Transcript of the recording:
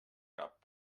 cap